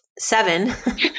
seven